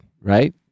right